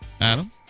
Adam